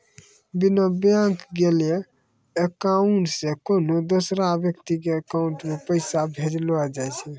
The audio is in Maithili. बिना बैंक गेलैं अकाउंट से कोन्हो दोसर व्यक्ति के अकाउंट मे पैसा भेजलो जाय छै